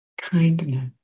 kindness